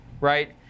right